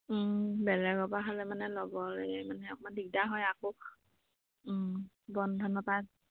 বেলেগৰ পৰা হ'লে মানে ল'ব লাগে মানে অকঁমান দিগদাৰ হয় আকৌ বন্ধনৰ পৰা